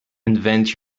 invent